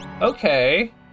Okay